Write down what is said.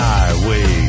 Highway